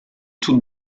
toutes